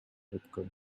өткөн